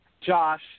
Josh